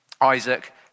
Isaac